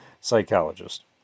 Psychologist